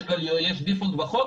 יש דיפולט בחוק